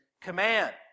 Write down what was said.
command